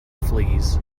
fleas